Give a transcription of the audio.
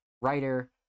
writer